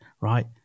right